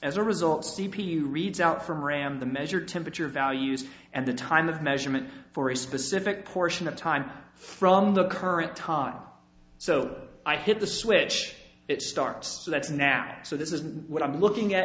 as a result c p u reads out from ram the measure temperature values and the time of measurement for a specific portion of time from the current time so i hit the switch it starts so that's napped so this isn't what i'm looking at